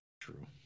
True